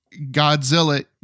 Godzilla